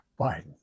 Biden